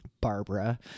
Barbara